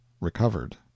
recovered